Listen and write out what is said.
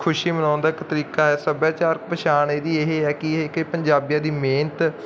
ਖੁਸ਼ੀ ਮਨਾਉਣ ਦਾ ਇੱਕ ਤਰੀਕਾ ਹੈ ਸੱਭਿਆਚਾਰ ਪਹਿਚਾਣ ਇਹਦੀ ਇਹ ਹੈ ਕਿ ਪੰਜਾਬੀਆਂ ਦੀ ਮਿਹਨਤ ਲਚਕੀਲੇ